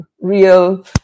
real